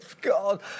God